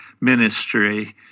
ministry